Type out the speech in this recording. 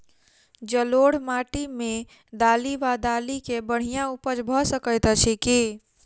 जलोढ़ माटि मे दालि वा दालि केँ बढ़िया उपज भऽ सकैत अछि की?